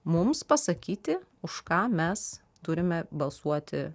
mums pasakyti už ką mes turime balsuoti